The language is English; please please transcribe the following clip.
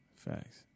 Facts